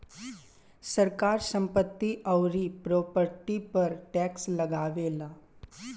सरकार संपत्ति अउरी प्रॉपर्टी पर टैक्स लगावेला